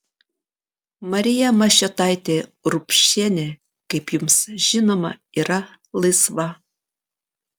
marija mašiotaitė urbšienė kaip jums žinoma yra laisva